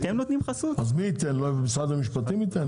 אז מי ייתן, משרד המשפטים ייתן?